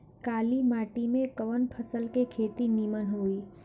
काली माटी में कवन फसल के खेती नीमन होई?